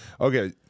okay